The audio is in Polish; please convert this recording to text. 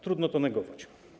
Trudno to negować.